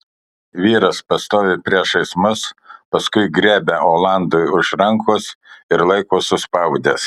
vyras pastovi priešais mus paskui griebia olandui už rankos ir laiko suspaudęs